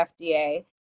FDA